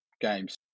games